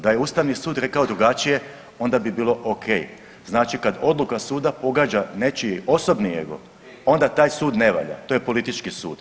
Da je Ustavni sud rekao drugačije, onda bi bilo o.k. Znači kad odluka suda pogađa nečiji osobni ego, onda taj sud ne valja, to je politički sud.